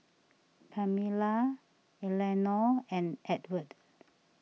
Pamella Elenore and Edward